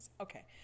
Okay